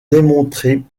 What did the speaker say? démontrer